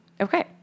Okay